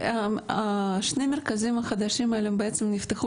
שני המרכזים החדשים האלה בעצם נפתחו